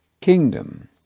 kingdom